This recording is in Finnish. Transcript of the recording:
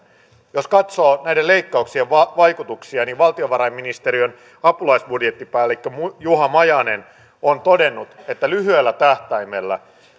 jos katsoo näiden leikkauksien vaikutuksia niin valtiovarainministeriön apulaisbudjettipäällikkö juha majanen on todennut että lyhyellä tähtäimellä